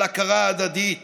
על הכרה הדדית